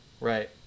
Right